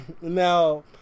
Now